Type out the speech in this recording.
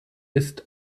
ist